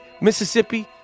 Mississippi